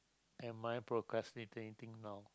am I procrastinating now